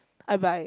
I buy